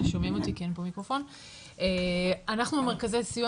אנחנו במרכזי סיוע,